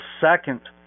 second